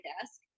desk